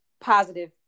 positive